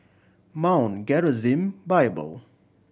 Mount Gerizim Bible